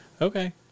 Okay